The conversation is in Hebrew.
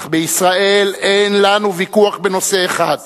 אך בישראל אין לנו ויכוח בנושא אחד: